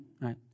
right